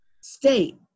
state